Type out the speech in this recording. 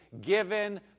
given